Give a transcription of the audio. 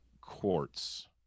Quartz